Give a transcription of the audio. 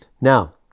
Now